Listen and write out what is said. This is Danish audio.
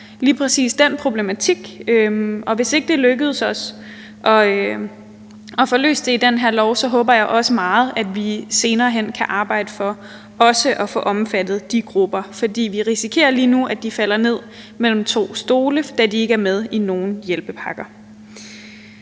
lige præcis den problematik. Og hvis ikke det lykkes os at få løst det i det her lovforslag, håber jeg meget, at vi senere hen kan arbejde for også at få omfattet de grupper. For vi risikerer lige nu, at de falder ned mellem to stole, da de ikke er med i nogen hjælpepakker.